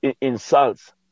insults